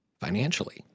financially